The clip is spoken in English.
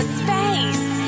space